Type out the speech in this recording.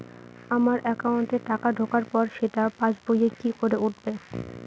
আমার একাউন্টে টাকা ঢোকার পর সেটা পাসবইয়ে কি করে উঠবে?